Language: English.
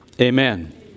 Amen